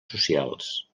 socials